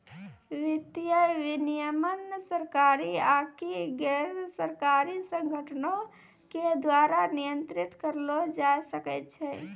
वित्तीय विनियमन सरकारी आकि गैरसरकारी संगठनो के द्वारा नियंत्रित करलो जाय सकै छै